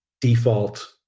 default